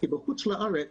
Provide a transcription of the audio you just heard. כי בחוץ לארץ